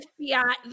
FBI